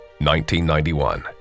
1991